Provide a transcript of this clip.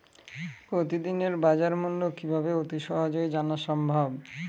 প্রতিদিনের বাজারমূল্য কিভাবে অতি সহজেই জানা সম্ভব?